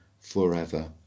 forever